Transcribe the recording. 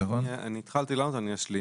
אני התחלתי לענות ואני אשלים.